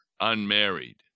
unmarried